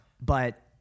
but-